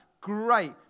Great